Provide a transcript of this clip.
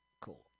Cool